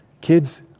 Kids